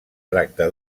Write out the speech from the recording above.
tracta